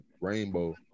rainbow